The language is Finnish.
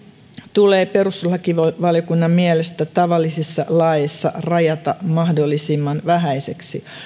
tulee perustuslakivaliokunnan mielestä tavallisissa laeissa rajata mahdollisimman vähäiseksi